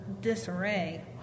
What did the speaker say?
disarray